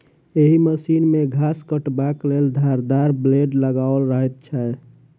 एहि मशीन मे घास काटबाक लेल धारदार ब्लेड लगाओल रहैत छै